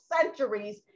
centuries